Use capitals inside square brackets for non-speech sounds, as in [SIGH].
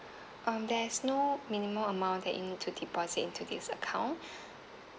um there's no minimum amount that you need to deposit into this account [BREATH]